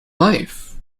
life